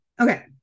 Okay